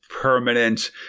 permanent